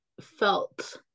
felt